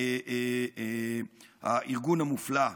הארגון המופלא.